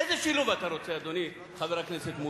איזה שילוב אתה רוצה, אדוני חבר הכנסת מולה?